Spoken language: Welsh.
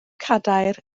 cadair